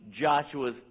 Joshua's